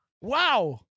Wow